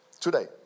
today